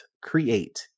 create